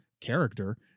character